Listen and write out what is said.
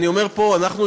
אני אומר פה שאנחנו,